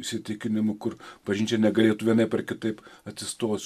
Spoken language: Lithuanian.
įsitikinimų kur bažnyčia negalėtų vienaip ar kitaip atsistos